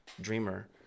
Dreamer